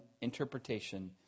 interpretation